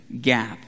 gap